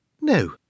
No